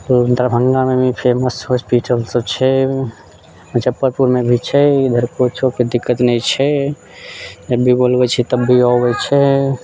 दरभंगामे भी famous hospital सब छै मुजफ्फरपुरमे भी छै इधर कुछोके दिक्कत नहि छै जब भी बोलबै छियै तब भी अबै छै